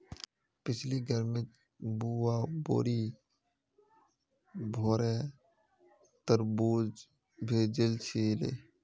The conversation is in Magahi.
पिछली गर्मीत बुआ बोरी भोरे तरबूज भेजिल छिले